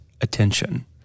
attention